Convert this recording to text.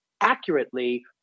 accurately